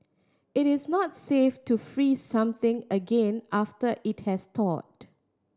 it is not safe to freeze something again after it has thawed